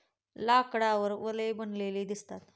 लाकडावर वलये बनलेली दिसतात